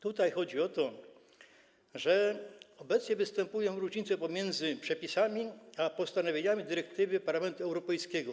Tutaj chodzi o to, że obecnie występują różnice pomiędzy przepisami a postanowieniami dyrektywy Parlamentu Europejskiego.